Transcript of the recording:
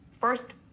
First